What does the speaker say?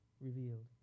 revealed